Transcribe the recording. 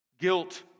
Guilt